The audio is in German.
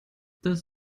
das